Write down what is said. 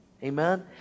Amen